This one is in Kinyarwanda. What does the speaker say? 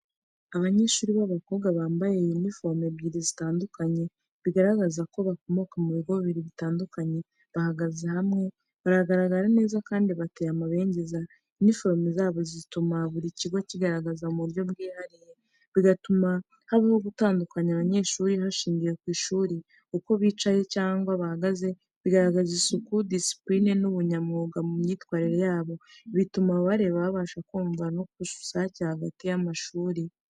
Abanyeshuri b’abakobwa bambaye iniforume ebyiri zitandukanye bigaragaza ko bakomoka mu bigo bibiri bitandukanye, bahagaze hamwe, bagaragara neza kandi bateye amabengeza. Iniforume zabo zituma buri kigo kigaragara mu buryo bwihariye, bigatuma habaho gutandukanya abanyeshuri hashingiwe ku ishuri. Uko bicaye cyangwa bahagaze, bigaragaza isuku, disipurine n’ubunyamwuga mu myitwarire yabo. Ibi bituma abareba babasha kumva ko hari ubusabane n’ubufatanye hagati y’amashuri.